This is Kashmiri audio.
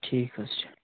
ٹھیٖک حظ چھِ